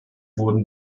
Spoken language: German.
wurden